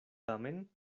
tamen